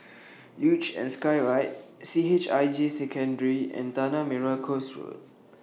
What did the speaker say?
Luge and Skyride C H I J Secondary and Tanah Merah Coast Road